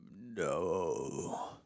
No